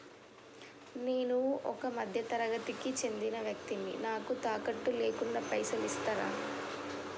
నేను ఒక మధ్య తరగతి కి చెందిన వ్యక్తిని నాకు తాకట్టు లేకుండా పైసలు ఇస్తరా?